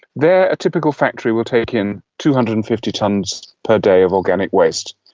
there a typical factory will take in two hundred and fifty tonnes per day of organic waste.